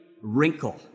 wrinkle